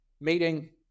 meeting